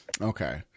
Okay